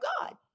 God